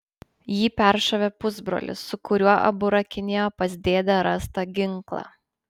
jį peršovė pusbrolis su kuriuo abu rakinėjo pas dėdę rastą ginklą